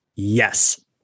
Yes